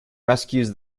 rescues